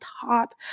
top